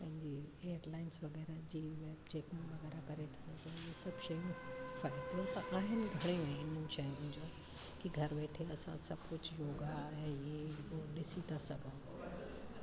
पंहिंजे एअरलाइन्स वग़ैरह जी चेकिंग वग़ैरह करे था सघो इहे सभु शयूं फ़ाइदो त आहिनि घणो आहे हिन शयुनि जो की घर वेठे असां सभु कुझु योगा ऐं इहे उहो ॾिसी था सघूं